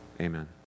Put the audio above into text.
amen